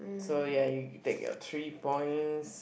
so ya you take your three points